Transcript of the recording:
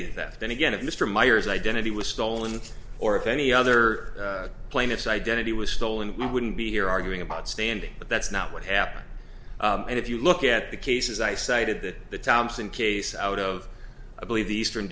anyway that then again if mr myers identity was stolen or if any other plaintiff's identity was stolen we wouldn't be here arguing about standing but that's not what happened and if you look at the cases i cited that the thompson case out of i believe the eastern